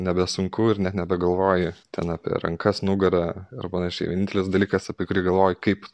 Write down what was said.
nebesunku ir net nebegalvoji ten apie rankas nugarą ir panašiai vienintelis dalykas apie kurį galvoji kaip